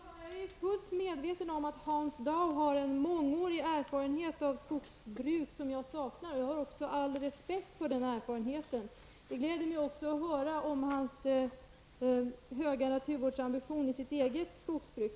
Fru talman! Jag är fullt medveten om att Hans Dau har en mångårig erfarenhet av skogsbruk, en erfarenhet som jag saknar. Jag hyser också all respekt för Hans Daus erfarenhet. Det gläder mig att höra om hans höga naturvårdsambition när det gäller hans eget skogsbruk.